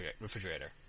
refrigerator